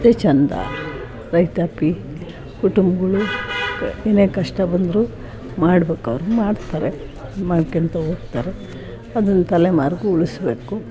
ಅದೇ ಚೆಂದ ರೈತಾಪಿ ಕುಟುಂಬ್ಗಳು ಕ ಏನೇ ಕಷ್ಟ ಬಂದರೂ ಮಾಡ್ಬೇಕವ್ರು ಮಾಡ್ತಾರೆ ಮಾಡ್ಕಂತ ಹೋಗ್ತಾರೆ ಅದು ತಲೆಮಾರಿಗೂ ಉಳಿಸ್ಬೇಕು